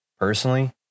Personally